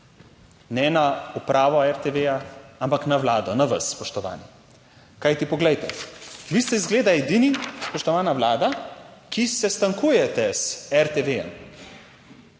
ne na upravo RTV ja, ampak na Vlado, na vas spoštovani. Kajti poglejte, vi ste izgleda edini, spoštovana Vlada, ki sestankujete z RTV,